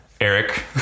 Eric